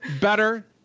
Better